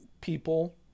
people